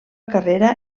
carrera